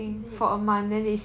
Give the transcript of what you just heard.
is it